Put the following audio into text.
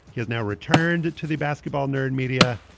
he has now returned to the basketball nerd media,